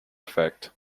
effect